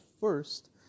first